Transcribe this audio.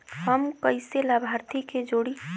हम कइसे लाभार्थी के जोड़ी?